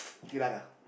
Geylang ah